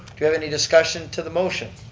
good, any discussion to the motion?